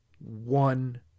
one